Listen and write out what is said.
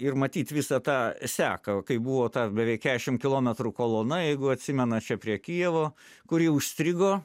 ir matyt visą tą seką kai buvo ta beveik kešim kilometrų kolona jeigu atsimenat čia prie kijevo kuri užstrigo